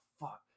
fuck